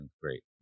great